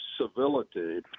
civility